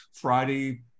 Friday